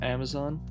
Amazon